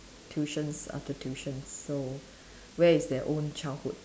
tuitions after tuitions so where is their own childhood